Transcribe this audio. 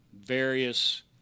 various